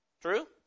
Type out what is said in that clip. True